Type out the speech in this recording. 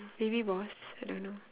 baby boss I don't know